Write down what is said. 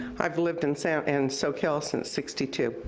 i've lived in so and soquel since sixty two.